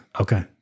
Okay